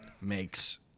makes